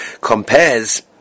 compares